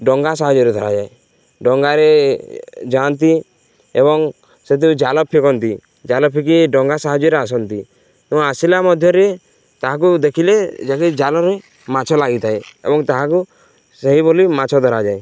ଡଙ୍ଗା ସାହାଯ୍ୟରେ ଧରାଯାଏ ଡଙ୍ଗାରେ ଯାଆନ୍ତି ଏବଂ ସେଥିରେ ଜାଲ ଫିଙ୍ଗନ୍ତି ଜାଲ ଫିଙ୍ଗି ଡଙ୍ଗା ସାହାଯ୍ୟରେ ଆସନ୍ତି ତ ଆସିଲା ମଧ୍ୟରେ ତାହାକୁ ଦେଖିଲେ ଯଦି ଜାଲରେ ମାଛ ଲାଗିଥାଏ ଏବଂ ତାହାକୁ ସେହିଭଳି ମାଛ ଧରାଯାଏ